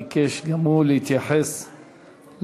ביקש גם הוא להתייחס להנמקות.